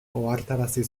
ohartarazi